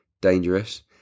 Dangerous